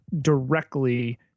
directly